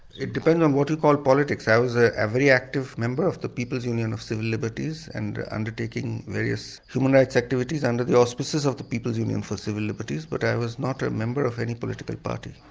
it depends on what you call politics. i was ah a very active member of the people's union of civil liberties and undertaking various human rights activities under the auspices of the people's union of civil liberties but i was not a member of any political party.